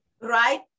right